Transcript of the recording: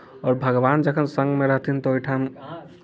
आओर भगवान जखन सङ्गमे रहथिन तऽ ओहिठाम